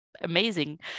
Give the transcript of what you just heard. Amazing